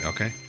Okay